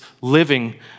living